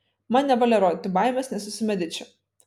man nevalia rodyti baimės nes esu mediči